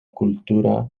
cultura